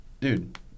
dude